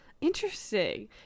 Interesting